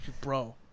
bro